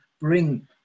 bring